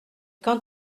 quand